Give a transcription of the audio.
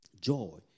Joy